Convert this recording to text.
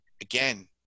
again